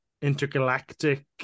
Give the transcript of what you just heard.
intergalactic